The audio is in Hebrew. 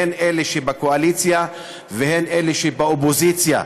הן אלה שבקואליציה והן אלה שבאופוזיציה.